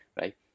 right